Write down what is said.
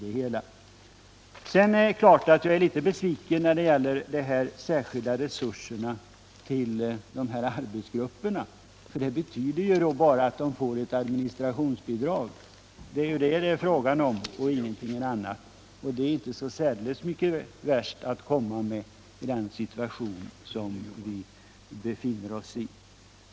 Det är klart att jag är besviken på de särskilda resurserna till arbetsgrupperna, eftersom de bara betyder att grupperna får ett administrationsbidrag: det är ju der frågan giller och ingenting annat, och det är inte särdeles mycket alt komma med i den situation som vi befinner oss i.